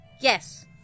Yes